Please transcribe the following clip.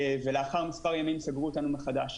ולאחר מספר ימים סגרו אותנו מחדש.